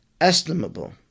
estimable